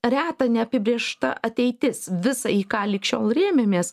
reta neapibrėžta ateitis visa į ką lig šiol rėmėmės